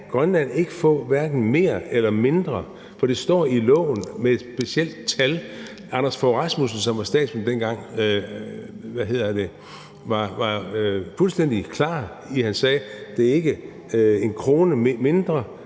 Grønland ikke få hverken mere eller mindre, fordi det står i loven med et specielt tal. Anders Fogh Rasmussen, som var statsminister dengang, var fuldstændig klar, da han sagde: Det er ikke 1 kr. mindre